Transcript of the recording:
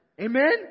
Amen